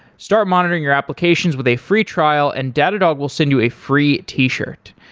start monitoring your applications with a free trial and datadog will send you a free t-shirt.